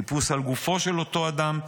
חיפוש על גופו של אותו אדם,